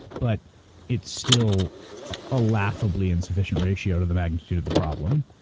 but it's still a laughably insufficient ratio to the magnitude of the problem.